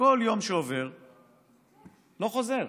כל יום שעובר לא חוזר,